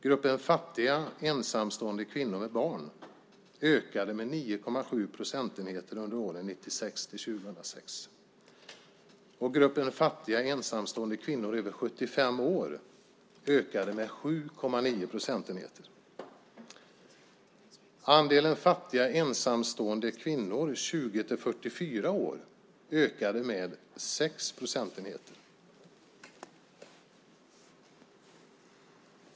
Gruppen fattiga ensamstående kvinnor med barn ökade med 9,7 procentenheter under åren 1996-2006. Gruppen fattiga ensamstående kvinnor över 75 år ökade med 7,9 procentenheter. Andelen fattiga ensamstående kvinnor, 20-44 år, ökade med 6 procentenheter.